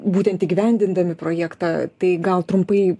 būtent įgyvendindami projektą tai gal trumpai